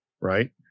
Right